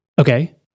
okay